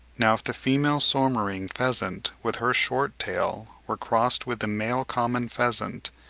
now if the female soemmerring pheasant with her short tail were crossed with the male common pheasant,